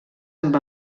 amb